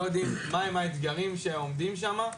לא יודעים מהם האתגרים שעומדים שם.